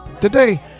Today